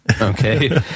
Okay